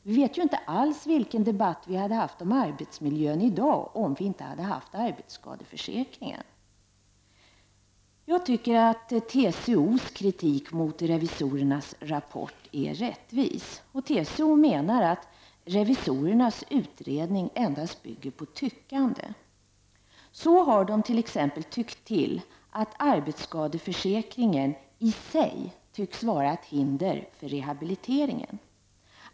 Vi vet ju inte alls vilken debatt vi skulle ha haft om arbetsmiljön i dag om vi inte hade haft arbetsskadeförsäkringen. Jag tycker att TCO:s kritik mot revisorernas rapport är rättvis. TCO menar att revisorernas utredning endast bygger på tyckande. Så har man t.ex. tyckt till och menat att arbetsskadeförsäkringen i sig verkar vara ett hinder för rehabiliteringen.